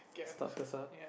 I start first ah